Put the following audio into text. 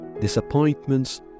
Disappointments